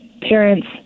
parents